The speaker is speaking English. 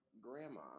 grandma